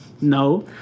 No